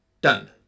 Done